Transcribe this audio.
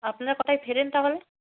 আপনারা কটায় ফেরেন তাহলে